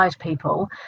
people